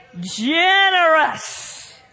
generous